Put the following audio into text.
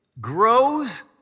grows